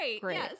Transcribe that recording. great